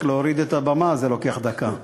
רק להוריד את הבמה לוקח דקה.